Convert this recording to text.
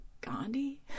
Gandhi